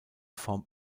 form